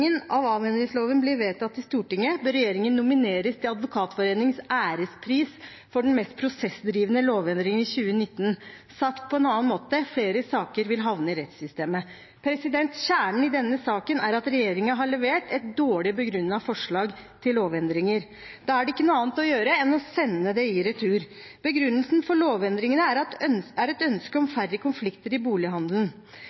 av avhendingsloven i dag blir vedtatt i Stortinget, bør regjeringen nomineres til Advokatforeningens ærespris for den mest prosessdrivende lovendringen i 2019 :)». Sagt på en annen måte: Flere saker vil havne i rettssystemet. Kjernen i denne saken er at regjeringen har levert et dårlig begrunnet forslag til lovendringer. Da er det ikke noe annet å gjøre enn å sende det i retur. Begrunnelsen for lovendringene er et ønske om